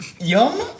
Yum